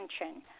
attention